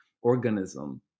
organism